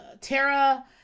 Tara